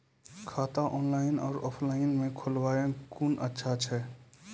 खाता ऑनलाइन और ऑफलाइन म खोलवाय कुन अच्छा छै?